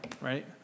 right